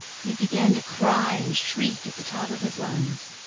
he began to cry and shriek at the top of his lungs,